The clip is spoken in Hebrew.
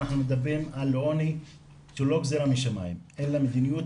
אנחנו מדברים על עוני שהוא לא גזרה משמיים אלא מדיניות